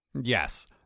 Yes